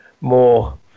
more